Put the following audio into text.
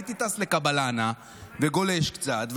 הייתי טס לקבלנה וגולש קצת,